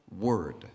word